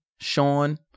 Sean